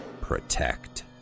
Protect